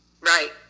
Right